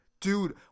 Dude